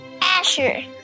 Asher